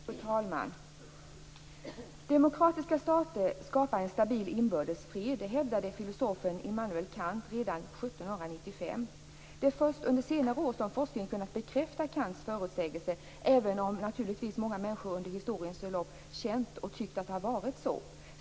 Fru talman! Demokratiska stater skapar en stabil inbördes fred. Det hävdade filosofen Immanuel Kant redan 1795. Det är först under senare år som forskningen har kunnat bekräfta Kants förutsägelse, även om naturligtvis många människor under historiens lopp har känt och tyckt att det har varit så.